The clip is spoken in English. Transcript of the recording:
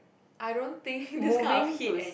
I don't think this kind of heat and